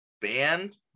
band